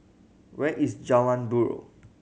where is Jalan Buroh